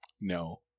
no